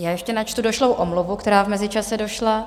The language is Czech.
Ještě načtu došlou omluvu, která v mezičase došla.